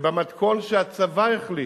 ובמתכון שהצבא החליט